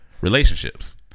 Relationships